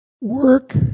work